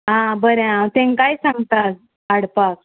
आं बरें आं तेंकाय सांगता हाडपाक